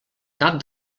cap